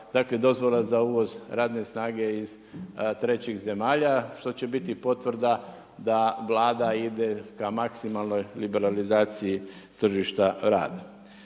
dozvola za uvoz radne snage iz trećih zemalja, što će biti potvrda da Vlada ide ka maksimalnoj liberalizaciji tržišta rada.